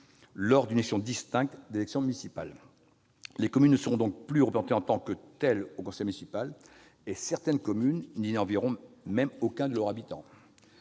lors d'une élection distincte des élections municipales. Les communes ne seront donc plus représentées en tant que telles au conseil métropolitain et certaines communes n'y enverront même aucun de leurs habitants.